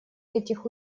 этих